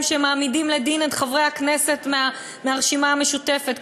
שמעמידים לדין את חברי הכנסת מהרשימה המשותפת,